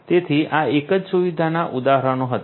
તેથી આ એક જ સુવિધાના ઉદાહરણો હતા